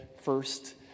first